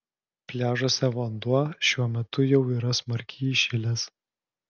pliažuose vanduo šiuo metu jau yra smarkiai įšilęs